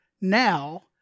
now